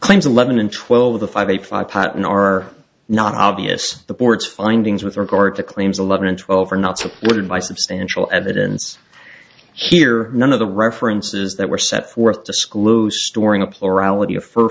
claims eleven and twelve of the five a five pattern are not obvious the board's findings with regard to claims eleven and twelve are not supported by substantial evidence here none of the references that were set forth disclosed storing